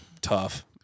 tough